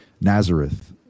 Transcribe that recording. Nazareth